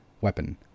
Weapon